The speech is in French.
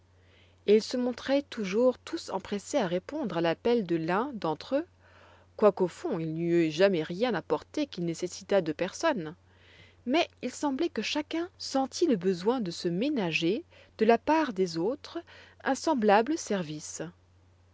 et ils se montraient toujours tous empressés à répondre à l'appel de l'un d'entre eux quoique au fond il n'y eût jamais rien à porter qui nécessitât deux personnes mais il semblait que chacun sentît le besoin de se ménager de la part des autres un semblable service